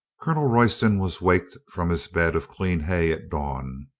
colonel royston was waked from his bed of clean hay at dawn,